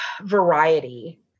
variety